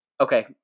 Okay